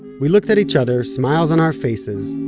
we looked at each other, smiles on our faces,